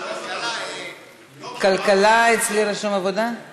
אני קובעת כי הצעת חוק עבודת נשים (תיקון מס' 57)